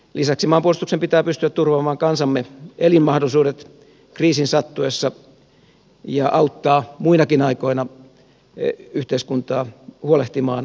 lisäksi maanpuolustuksen pitää pystyä turvaamaan kansamme elinmahdollisuudet kriisin sattuessa ja auttaa muinakin aikoina yhteiskuntaa huolehtimaan kaikista jäsenistään